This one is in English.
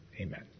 Amen